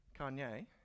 Kanye